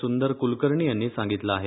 सुंदर कुलकर्णी यांनी सांगितलं आहे